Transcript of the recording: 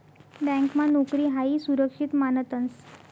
ब्यांकमा नोकरी हायी सुरक्षित मानतंस